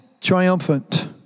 triumphant